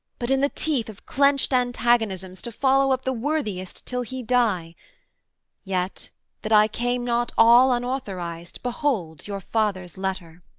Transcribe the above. but in the teeth of clenched antagonisms to follow up the worthiest till he die yet that i came not all unauthorized behold your father's letter